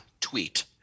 Tweet